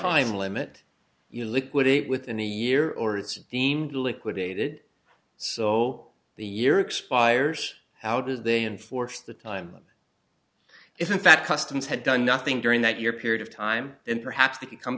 time limit you liquidate within a year or it's deemed liquidated so the year expires how does they enforce the time if in fact customs had done nothing during that year period of time then perhaps they can come